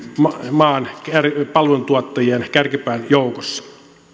maan palvelutuottajien kärkipään joukossa